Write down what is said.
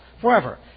forever